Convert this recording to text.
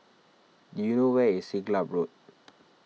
do you know where is Siglap Road